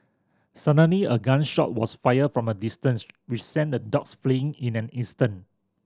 suddenly a gun shot was fired from a distance which sent the dogs fleeing in an instant